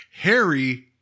Harry